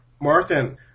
Martin